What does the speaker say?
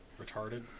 retarded